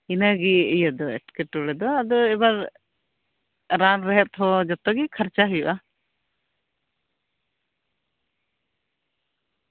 ᱤᱱᱟᱹᱜᱮ ᱮᱴᱠᱮᱴᱚᱬᱮ ᱫᱚ ᱟᱫᱚ ᱤᱭᱟᱹ ᱮᱵᱟᱨ ᱨᱟᱱ ᱨᱮᱦᱮᱫ ᱡᱚᱛᱚ ᱜᱮ ᱠᱷᱚᱨᱪᱟᱭ ᱦᱩᱭᱩᱜᱼᱟ